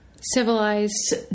Civilized